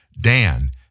Dan